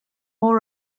more